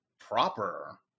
proper